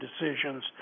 decisions